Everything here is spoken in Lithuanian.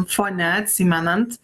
fone atsimenant